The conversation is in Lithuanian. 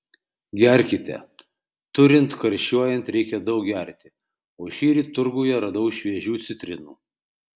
gerkite turint karščiuojant reikia daug gerti o šįryt turguje radau šviežių citrinų